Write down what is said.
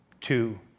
Two